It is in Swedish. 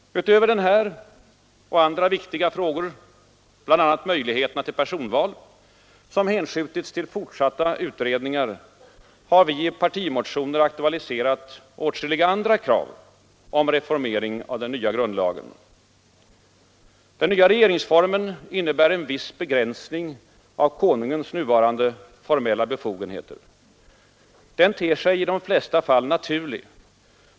Utöver denna och andra viktiga frågor — bl.a. möjligheterna till personval — som hänskjutits till fortsatta utredningar har vi i partimotioner aktualiserat åtskilliga andra krav om reformering av den nya grundlagen. Den nya regeringsformen innebär en viss begränsning av konungens nuvarande formella befogenheter. Den ter sig i de flesta fallen naturlig.